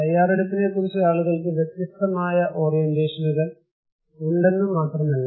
തയ്യാറെടുപ്പിനെക്കുറിച്ച് ആളുകൾക്ക് വ്യത്യസ്തമായ ഓറിയന്റേഷനുകൾ ഉണ്ടെന്ന് മാത്രമല്ല